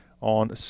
on